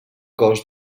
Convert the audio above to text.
cos